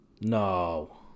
No